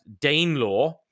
Danelaw